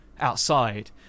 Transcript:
outside